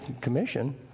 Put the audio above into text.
Commission